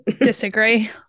disagree